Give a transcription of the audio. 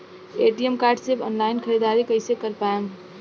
ATM card से online ख़रीदारी कइसे कर पाएम?